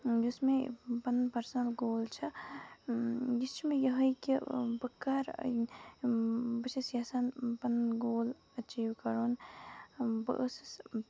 یُس مےٚ پَنُن پٔرسٕنل گول چھِ یہِ چھُ مے یِہٕے کہِ بہٕ کرٕ بہٕ چھَس یَژھان پَنُن گول ایٚچیٖو کرُن بہٕ ٲسٕس